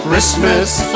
Christmas